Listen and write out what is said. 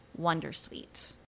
Wondersuite